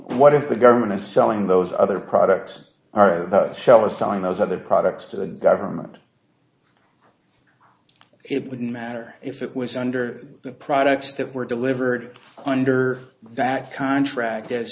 what if the government is selling those other products are shell or selling those other products to the government it wouldn't matter if it was under the products that were delivered under that contract